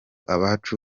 abacu